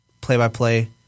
play-by-play